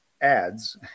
ads